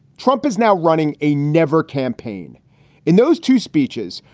trump is now running a never campaign in those two speeches.